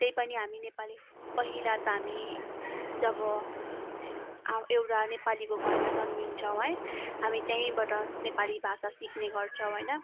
त्यही पनि हामी नेपाली पहिला त हामी जब एउटा नेपलीको घरमा जन्मिन्छौँ है हामी त्यहीँबाट नेपाली भाषा सिक्ने गर्छौँ होइन